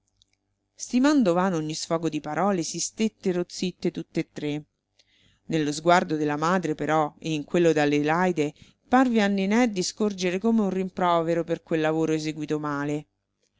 settimana stimando vano ogni sfogo di parole si stettero zitte tutt'e tre nello sguardo della madre però e in quello d'adelaide parve a nené di scorgere come un rimprovero per quel lavoro eseguito male